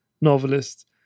novelist